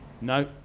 No